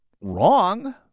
wrong